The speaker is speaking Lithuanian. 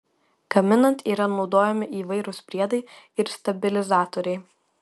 gaminant yra naudojami įvairūs priedai ir stabilizatoriai